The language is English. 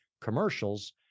commercials